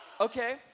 Okay